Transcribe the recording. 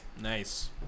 Nice